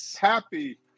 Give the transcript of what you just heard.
happy